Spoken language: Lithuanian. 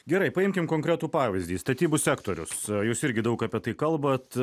gerai paimkim konkretų pavyzdį statybų sektorius jūs irgi daug apie tai kalbat